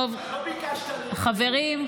חברים.